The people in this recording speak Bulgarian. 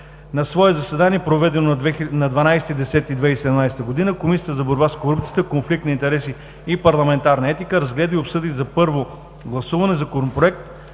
На свое заседание, проведено на 12 октомври 2017 г., Комисията за борба с корупцията, конфликт на интереси и парламентарна етика разгледа и обсъди за първо гласуване Законопроект